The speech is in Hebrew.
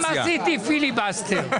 גם עשיתי פיליבסטר.